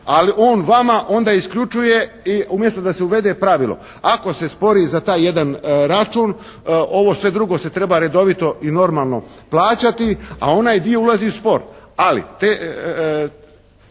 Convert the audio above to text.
ali on vama onda isključuje i umjesto da se uvede pravilo ako se spori za taj jedan račun ovo sve drugo se treba redovito i normalno plaćati, a onaj dio ulazi u spor.